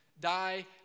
die